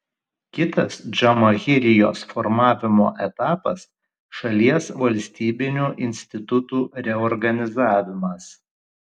kitas džamahirijos formavimo etapas šalies valstybinių institutų reorganizavimas